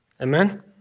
Amen